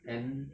then